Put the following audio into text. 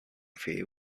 fee